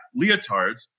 leotards